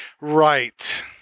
Right